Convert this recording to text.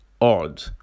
Odd